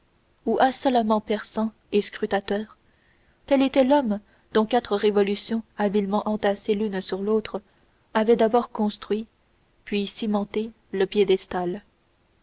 ou insolemment perçant et scrutateur tel était l'homme dont quatre révolutions habilement entassées l'une sur l'autre avaient d'abord construit puis cimenté le piédestal